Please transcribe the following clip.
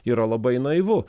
yra labai naivu